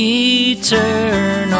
eternal